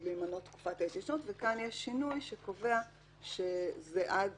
וכאן יש שינוי שקובע שזה עד